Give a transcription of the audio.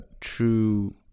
true